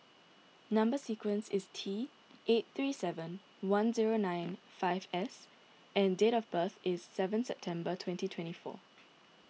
Number Sequence is T eight three seven one zero nine five S and date of birth is seven September twenty twenty four